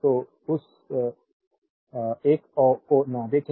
तो उस एक को न देखें